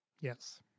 Yes